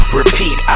repeat